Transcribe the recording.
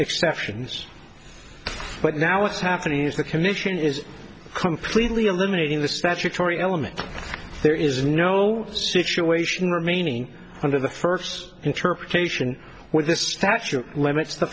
exceptions but now what's happening is the commission is completely eliminating the statutory element there is no situation remaining under the first interpretation where the statute limits the